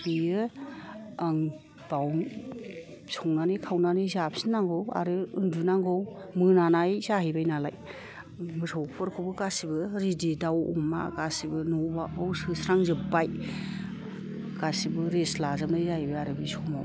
बेयो बावनो संनानै खावनानै जाफिननांगौ आरो उन्दुनांगौ मोनानाय जाहैबाय नालाय मोसौफोरखौबो गासिबो रेदि दाव अमा गासिबो न' बां आव सोस्रांजोबबाय गासिबो रेस्ट लाजोबनाय जाहैबाय आरो बे समाव